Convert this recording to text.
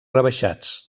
rebaixats